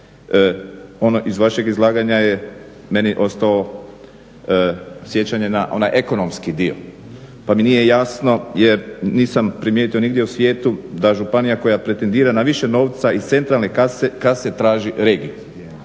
Ono iz vašeg izlaganja je meni ostao sjećanje na onaj ekonomski dio, pa mi nije jasno jer nisam primijetio nigdje u svijetu da županija koja pretendira na više novca iz centralne kase traži regiju.